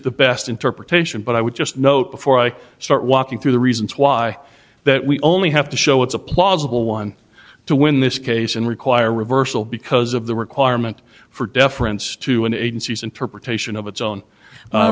the best interpretation but i would just note before i start walking through the reasons why that we only have to show it's a plausible one to win this case and require reversal because of the requirement for deference to an agency's interpretation of